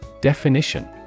Definition